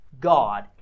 God